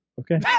okay